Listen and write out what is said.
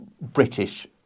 British